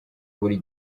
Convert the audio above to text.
buri